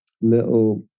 little